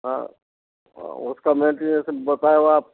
हाँ उसका मेडिटेसन बताए हो आप